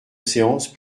séance